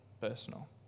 Personal